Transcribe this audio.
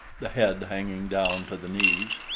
the head hanging down to the knees.